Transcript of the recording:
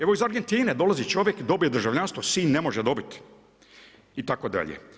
Evo iz Argentine dolazi čovjek, dobio je državljanstvo, sin ne može dobiti itd.